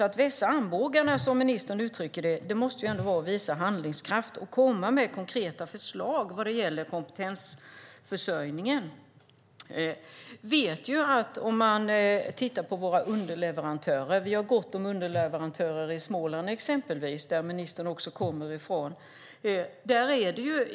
Att vässa armbågarna, som ministern uttrycker det, måste alltså vara att visa handlingskraft och komma med konkreta förslag vad gäller kompetensförsörjningen. Vi har gott om underleverantörer i Småland som ministern kommer från.